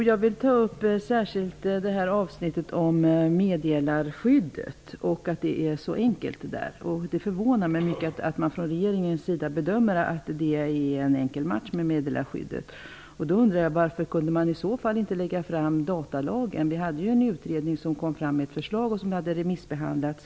Herr talman! Jag vill särskilt ta upp avsnittet om meddelarskyddet och att det är så enkelt. Det förvånar mig mycket att regeringen bedömer att meddelarskyddet är en enkel match. Jag undrar varför regeringen i så fall inte kunde lägga fram förslaget om datalagen. Det fanns en utredning som kom fram med ett förslag som remissbehandlades.